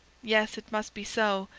yes, it must be so,